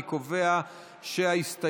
אני קובע שההסתייגות